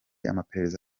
amaperereza